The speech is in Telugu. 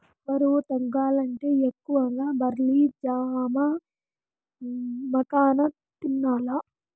బరువు తగ్గాలంటే ఎక్కువగా బార్లీ జావ, మకాన తినాల్ల